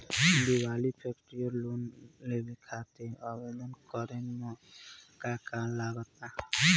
Diwali festival loan लेवे खातिर आवेदन करे म का का लगा तऽ?